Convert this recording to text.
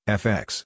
fx